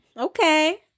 Okay